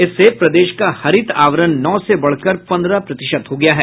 इससे प्रदेश का हरित आवरण नौ से बढ़कर पन्द्रह प्रतिशत हो गया है